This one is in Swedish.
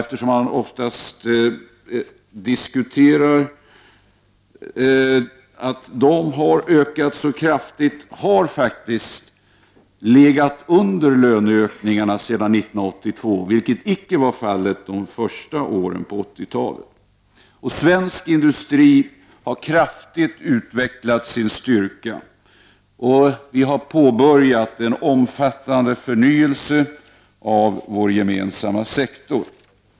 Eftersom man ofta hör att hyrorna ökat så kraftigt, finns det skäl att nämna att hyreshöjningarna faktiskt har legat under löneökningarna sedan 1982, vilket icke var fallet de första åren på 80-talet. Svensk industri har kraftigt utvecklat sin styrka, och vi har påbörjat en omfattande förnyelse av vår gemensamma sektor.